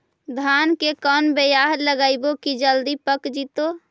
धान के कोन बियाह लगइबै की जल्दी पक जितै?